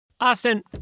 Austin